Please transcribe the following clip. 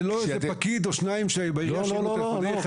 ולא איזה פקיד או שניים בעירייה שהרימו טלפונים.